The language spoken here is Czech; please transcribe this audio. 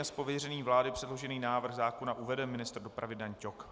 Z pověření vlády předložený návrh zákona uvede ministr dopravy Dan Ťok.